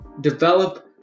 develop